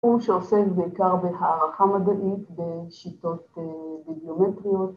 ‫הוא שעושה בעיקר בהערכה מדעית ‫בשיטות גיאומטריות.